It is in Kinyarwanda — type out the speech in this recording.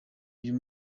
uyu